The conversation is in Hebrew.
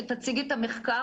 שתציג את המחקר.